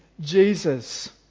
Jesus